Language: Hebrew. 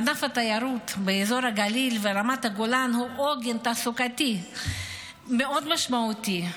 ענף התיירות באזור הגליל ורמת הגולן הוא עוגן תעסוקתי מאוד משמעותי,